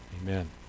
Amen